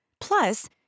Plus